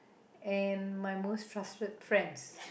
and my most trusted friends